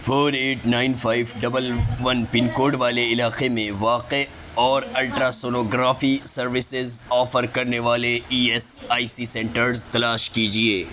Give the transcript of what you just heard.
four eight nine five double one pin code والے علاقے میں واقع اور الٹرا سولوگرافی سروسز آفر کرنے والے E S I C centres تلاش کیجیے